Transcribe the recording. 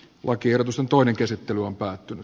lakiehdotus on tuoda käsittely on päättynyt